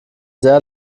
sehr